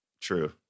True